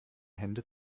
hände